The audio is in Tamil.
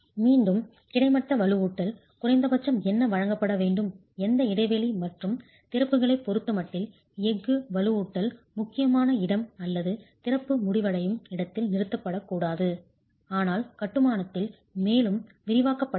மீண்டும் கிடைமட்ட வலுவூட்டல் குறைந்தபட்சம் என்ன வழங்கப்பட வேண்டும் எந்த இடைவெளி மற்றும் திறப்புகளைப் பொறுத்தமட்டில் எஃகு வலுவூட்டல் முக்கியமான இடம் அல்லது திறப்பு முடிவடையும் இடத்தில் நிறுத்தப்படக்கூடாது ஆனால் கட்டுமானத்தில் மேலும் விரிவாக்கப்பட வேண்டும்